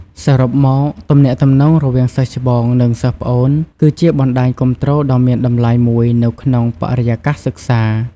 សរុបមក ទំនាក់ទំនងរវាងសិស្សច្បង និងសិស្សប្អូន គឺជាបណ្តាញគាំទ្រដ៏មានតម្លៃមួយនៅក្នុងបរិយាកាសសិក្សា។